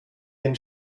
den